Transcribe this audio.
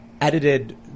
edited